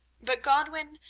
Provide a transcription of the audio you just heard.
but, godwin,